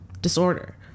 disorder